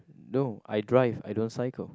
no I drive I don't cycle